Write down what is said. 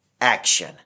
action